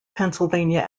pennsylvania